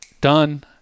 done